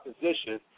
position